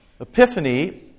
Epiphany